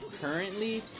currently